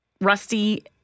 Rusty